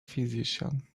physician